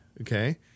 okay